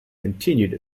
continued